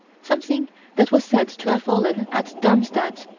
something that was said to have fallen at darmstadt,